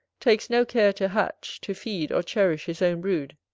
takes no care to hatch, to feed, or cherish his own brood,